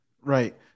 Right